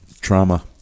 trauma